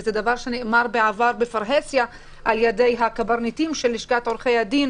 וזה דבר שנאמר בעבר בפרהסיה על ידי הקברניטים של לשכת עורכי הדין,